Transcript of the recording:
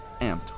amped